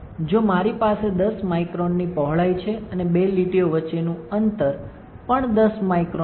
જો મારી પાસે 10 માઇક્રોનની પહોળાઈ છે અને બે લીટીઓ વચ્ચેનું અંતર પણ 10 માઇક્રોન છે